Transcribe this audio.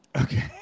Okay